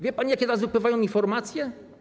Wie pani, jakie teraz wypływają informacje?